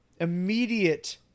immediate